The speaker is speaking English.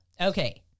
Okay